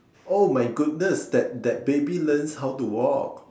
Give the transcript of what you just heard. oh my goodness that that baby learns how to walk